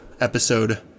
episode